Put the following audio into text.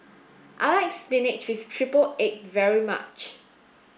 I like spinach with triple egg very much